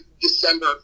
December